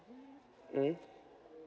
mmhmm